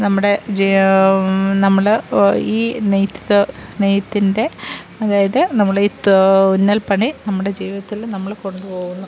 നമ്മുടെ ജ് നമ്മൾ ഈ നെയ്ത്ത് നെയ്ത്തിന്റെ അതായത് നമ്മൾ ഈ തൂന്നല് പണി നമ്മുടെ ജീവിതത്തിൽ നമ്മൾ കൊണ്ടുപോവുന്നു